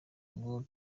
ngo